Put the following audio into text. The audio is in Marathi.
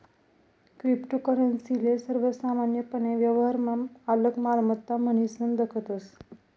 क्रिप्टोकरेंसी ले सर्वसामान्यपने व्यवहारमा आलक मालमत्ता म्हनीसन दखतस